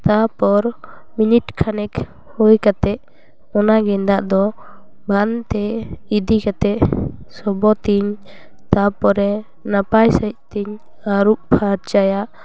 ᱛᱟᱯᱚᱨ ᱢᱤᱱᱤᱴ ᱠᱷᱟᱱᱮᱠ ᱦᱩᱭ ᱠᱟᱛᱮᱫ ᱚᱱᱟ ᱜᱮᱸᱫᱟᱜ ᱫᱚ ᱵᱟᱸᱫᱼᱛᱮ ᱤᱫᱤ ᱠᱟᱛᱮᱫ ᱥᱚᱵᱚᱫᱤᱧ ᱛᱟᱯᱚᱨᱮ ᱱᱟᱯᱟᱭ ᱥᱟᱺᱦᱤᱡᱽ ᱛᱮᱧ ᱟᱹᱨᱩᱵ ᱯᱷᱟᱨᱪᱟᱭᱟ